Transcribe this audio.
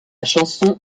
chanson